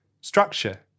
Structure